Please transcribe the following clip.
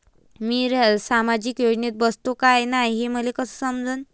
मी सामाजिक योजनेत बसतो का नाय, हे मले कस समजन?